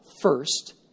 first